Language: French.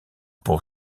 pour